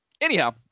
anyhow